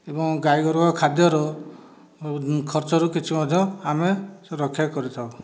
ଏବଂ ଗାଈଗୋରୁଙ୍କ ଖାଦ୍ୟ ରୁ ଖର୍ଚ୍ଚ ରୁ କିଛି ମଧ୍ୟ ଆମେ ରକ୍ଷା କରିଥାଉ